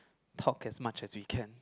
talk as much as we can